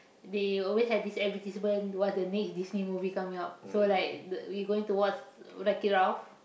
they will always have this advertisement what the next Disney movie coming out so like the we going to watch Wreck It Ralph